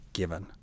given